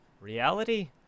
reality